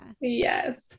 Yes